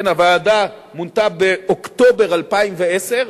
כן, הוועדה מונתה באוקטובר 2010,